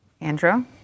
Andrew